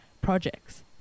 projects